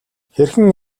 хэрхэн